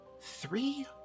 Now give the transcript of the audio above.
three